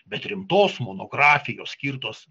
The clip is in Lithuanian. bet rimtos monografijos skirtos